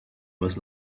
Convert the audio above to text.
was